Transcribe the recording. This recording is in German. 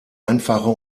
einfache